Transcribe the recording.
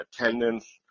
attendance